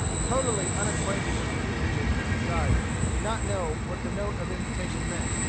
totally unacquainted with the usages of society, did not know what the note of invitation meant,